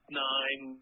nine